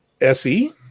SE